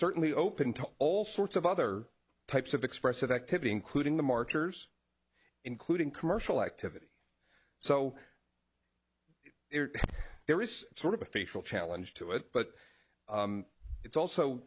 certainly open to all sorts of other types of expressive activity including the marchers including commercial activity so there is sort of a facial challenge to it but it's also